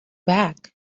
back